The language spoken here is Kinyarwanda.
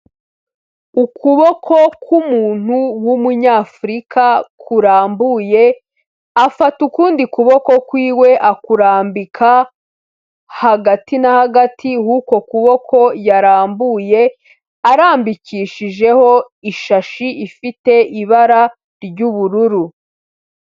Ukuboko k'umuntu w'umunyafurika kurambuye, afata ukundi kuboko kwiwe akurambika hagati na hagati h'uko kuboko yarambuye, arambikishijeho ishashi ifite ibara ry'ubururu.